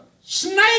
snake